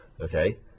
Okay